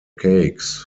cakes